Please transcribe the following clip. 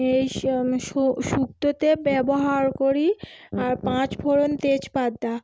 এই সব শুক্তোতে ব্যবহার করি আর পাঁচফোড়ন তেজপাতা